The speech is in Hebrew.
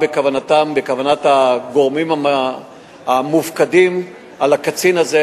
מה בכוונת הגורמים המופקדים על הקצין הזה